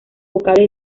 vocales